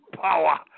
power